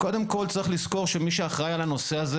שמי שאחראי על זה,